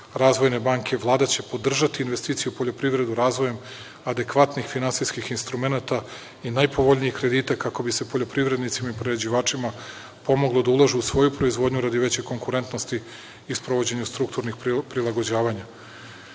razvojne banke. Vlada će podržati investicije u poljoprivredu razvojem adekvatnih finansijskih instrumenata i najpovoljnijih kredita, kako bi se poljoprivrednicima i prerađivačima pomoglo da ulažu u svoju proizvodnju radi veće konkurentnosti i sprovođenju strukturnih prilagođavanja. Izmenama